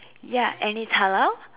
ya and it's halal